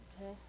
Okay